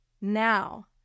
now